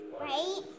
right